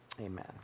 amen